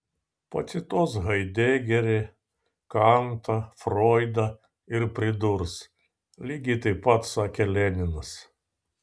pacituos haidegerį kantą froidą ir pridurs lygiai taip pat sakė leninas